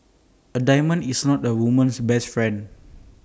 A diamond is not A woman's best friend